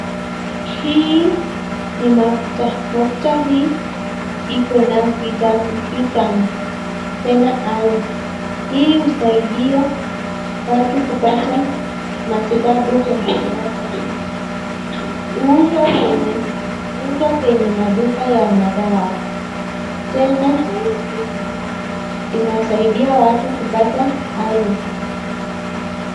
Hii ni mafuta mafuta hii iko na vitamin tena ayu hii husaidia watu kupata matibabu kwa haraka huuzwa kwenye maduka ya madawa tena inasaidia watu kupata ayub.